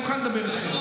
אני מוכן לדבר איתכם.